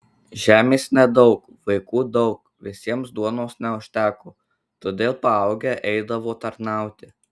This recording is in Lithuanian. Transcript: žemės nedaug vaikų daug visiems duonos neužteko todėl paaugę eidavo tarnauti